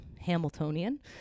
hamiltonian